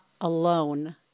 alone